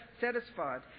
satisfied